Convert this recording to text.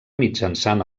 mitjançant